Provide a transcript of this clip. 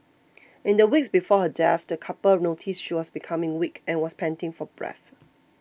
in the weeks before her death the couple noticed she was becoming weak and was panting for breath